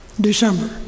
December